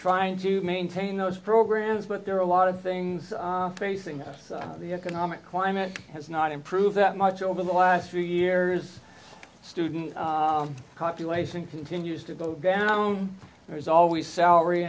trying to maintain those programs but there are a lot of things facing us the economic climate has not improved that much over the last few years student population continues to go down there is always salary